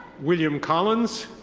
william collins.